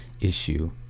issue